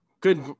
good